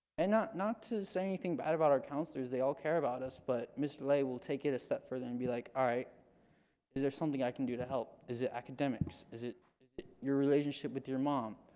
and not not to say anything bad about our counselors they all care about us but mr. lai will take it a step further and be like all right is there something i can do to help is it academics is it is it your relationship with your mom.